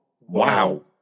wow